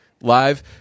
live